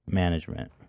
management